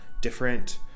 different